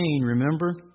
remember